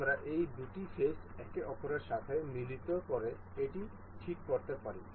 আমরা এই দুটি ফেস একে অপরের সাথে মিলিত করে এটি ঠিক করতে পারি